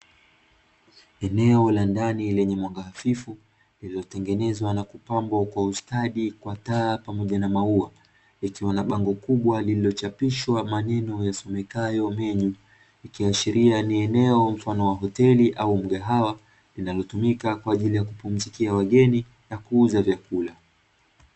Eneo la ndani lenye mwanga hafifu lilikotengenezwa na kupambwa kwa ustadi kwa taa pamoja na maua, likiwa na bango kubwa lilikochapishwa maneno yasomekayo (menu) likiashiria ni eneo la hoteli au mgahawa linalotumika kwaajili ya kupumzikia wageni na kuuza chakula.